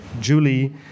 Julie